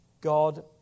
God